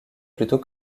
plutôt